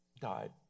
died